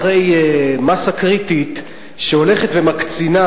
אחרי מאסה קריטית שהולכת ומקצינה,